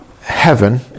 heaven